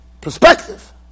perspective